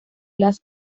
las